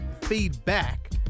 feedback